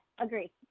Agree